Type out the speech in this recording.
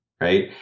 right